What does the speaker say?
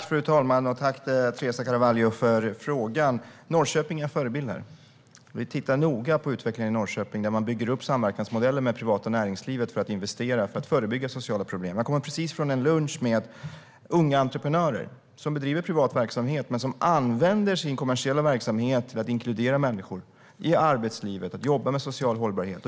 Fru talman! Tack, Teresa Carvalho, för frågan! Norrköping är en förebild. Vi tittar noga på utvecklingen i Norrköping, där man bygger upp samverkansmodeller med det privata näringslivet i syfte att investera för att förebygga sociala problem. Jag kommer precis från en lunch med unga entreprenörer som bedriver privat verksamhet men som använder sin kommersiella verksamhet till att inkludera människor i arbetslivet och jobba med social hållbarhet.